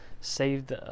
Saved